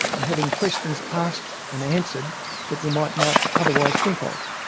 and having questions asked and answered that you might not otherwise think of.